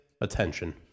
attention